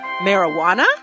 marijuana